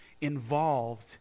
involved